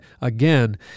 again